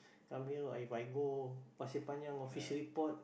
come here or if I go Pasir-Panjang or fishery port